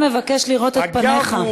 השר מבקש לראות את פניך.